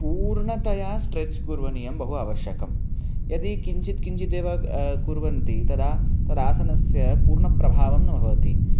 पूर्णतया स्ट्रेच् करणीयं बहु आवश्यकं यदि किञ्चित् किञ्चिदेव कुर्वन्ति तदा तदासनस्य पूर्णप्रभावं न भवति